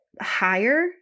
higher